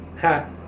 Ha